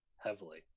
heavily